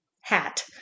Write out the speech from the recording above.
hat